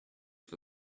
for